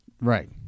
right